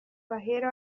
bahera